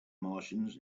martians